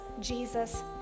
jesus